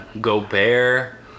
Gobert